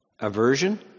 aversion